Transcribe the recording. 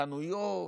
חנויות,